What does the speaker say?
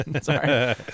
Sorry